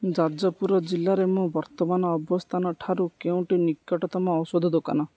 ଯାଜପୁର ଜିଲ୍ଲାରେ ମୋ ବର୍ତ୍ତମାନ ଅବସ୍ଥାନଠାରୁ କେଉଁଟି ନିକଟତମ ଔଷଧ ଦୋକାନ